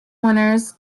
winners